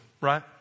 right